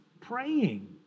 praying